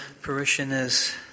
parishioners